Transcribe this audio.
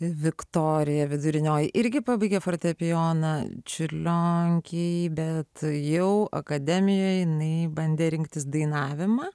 viktorija vidurinioji irgi pabaigė fortepijoną čiurlionkėj bet jau akademijoj jinai bandė rinktis dainavimą